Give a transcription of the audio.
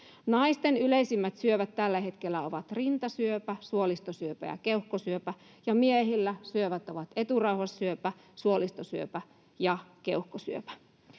Naisten yleisimmät syövät tällä hetkellä ovat rintasyöpä, suolistosyöpä ja keuhkosyöpä, ja miehillä ne ovat eturauhassyöpä, suolistosyöpä ja keuhkosyöpä.